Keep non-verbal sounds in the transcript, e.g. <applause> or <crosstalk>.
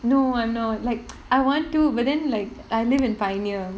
no I'm not like <noise> I want to but then like I live in pioneer